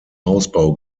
hausbau